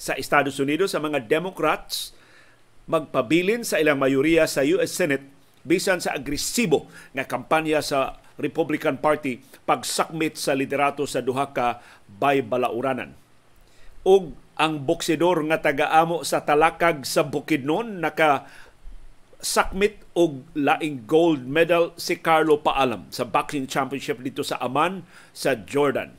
Sa Estados Unidos, ang mga Democrats magpabilin sa ilang mayoriya sa U.S. Senate bisan sa agresibo nga kampanya sa Republican Party pagsakmit sa liderato sa duha ka baybalaoranan. Og ang boksidor nga taga-amo sa Talakag sa Bukidnon nakasakmit og laing gold medal si Carlo Paalam sa Boxing Championship dito sa Amman, sa Jordan.